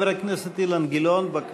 חבר הכנסת אילן גילאון, בבקשה.